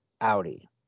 audi